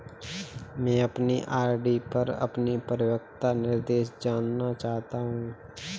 मैं अपनी आर.डी पर अपना परिपक्वता निर्देश जानना चाहता हूँ